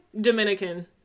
Dominican